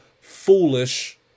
foolish